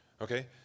okay